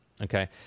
Okay